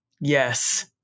yes